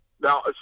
now